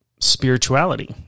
spirituality